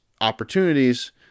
opportunities